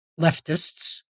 leftists